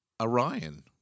Orion